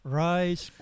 rice